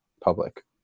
public